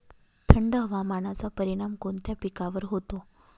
थंड हवामानाचा परिणाम कोणत्या पिकावर होतो?